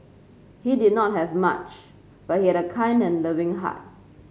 he did not have much but he had a kind and loving heart